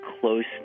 close